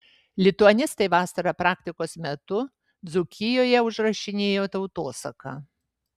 lituanistai vasarą praktikos metu dzūkijoje užrašinėjo tautosaką